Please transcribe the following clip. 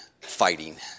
fighting